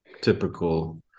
typical